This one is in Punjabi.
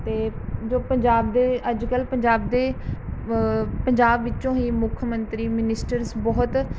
ਅਤੇ ਜੋ ਪੰਜਾਬ ਦੇ ਅੱਜ ਕੱਲ੍ਹ ਪੰਜਾਬ ਦੇ ਪੰਜਾਬ ਵਿੱਚੋਂ ਹੀ ਮੁੱਖ ਮੰਤਰੀ ਮਨਿਸਟਰਸ ਬਹੁਤ